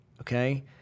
Okay